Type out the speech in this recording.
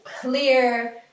clear